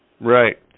Right